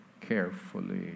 carefully